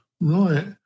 Right